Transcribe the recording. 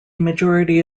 majority